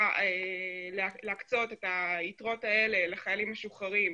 להקצות את היתרות האלה לחיילים משוחררים,